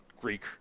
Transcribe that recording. Greek